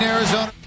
Arizona